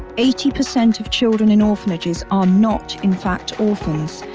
eighty percent of children in orphanages are not in fact orphans,